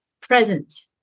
present